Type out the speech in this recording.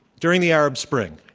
during the arab spring,